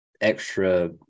extra